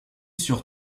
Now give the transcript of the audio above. sur